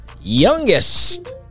youngest